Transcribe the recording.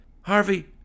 Harvey